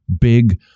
big